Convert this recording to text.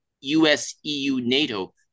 US-EU-NATO